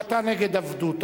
גם אתה נגד עבדות,